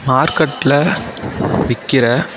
மார்க்கட்டில் விற்கிற